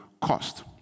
cost